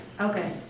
Okay